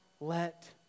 let